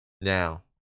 Now